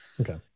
Okay